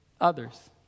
others